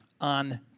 on